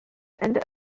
and